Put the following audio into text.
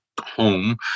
home